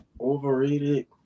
overrated